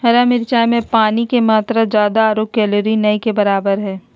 हरा मिरचाय में पानी के मात्रा ज्यादा आरो कैलोरी नय के बराबर हइ